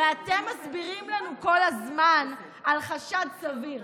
הרי אתם מסבירים לנו כל הזמן על חשד סביר,